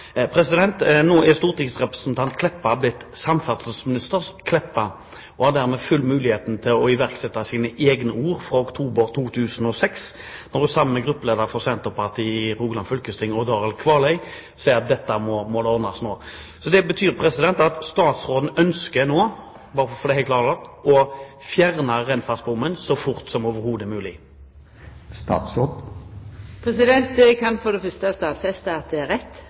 Nå er stortingsrepresentant Meltveit Kleppa blitt samferdselsminister Meltveit Kleppa, og har dermed full mulighet til å iverksette sine egne ord fra 2006, når hun sammen med gruppelederen for Senterpartiet i Rogaland fylkesting, Odd Arild Kvaløy, sier at dette må ordnes nå. Det betyr at statsråden nå ønsker, bare for å få det helt klarlagt, å fjerne Rennfast-bommen så fort som overhodet mulig. Det eg for det fyrste kan stadfesta, er at det er rett.